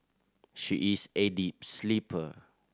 she is a deep sleeper